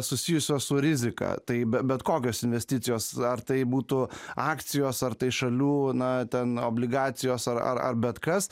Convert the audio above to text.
susijusios su rizika tai be bet kokios investicijos ar tai būtų akcijos ar tai šalių na ten obligacijos ar ar ar bet kas